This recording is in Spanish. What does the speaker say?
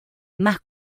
más